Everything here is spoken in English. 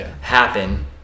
happen